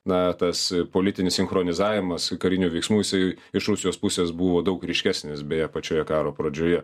na tas politinis sinchronizavimas karinių veiksmų jisai iš rusijos pusės buvo daug ryškesnis beje pačioje karo pradžioje